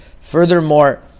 Furthermore